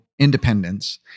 Independence